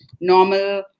normal